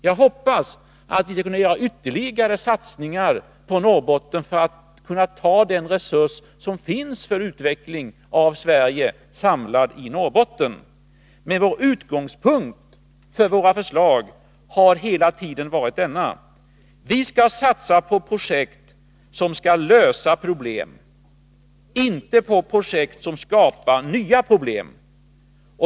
Jag hoppas att vi skall kunna göra ytterligare satsningar på Norrbotten för att kunna ta vara på den resurs för utveckling av Sverige som finns samlad i Norrbotten. Utgångspunkten för våra förslag har hela tiden varit denna: Vi skall satsa på projekt som skall lösa problem, inte på projekt som skapar nya problem.